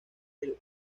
del